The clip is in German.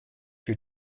für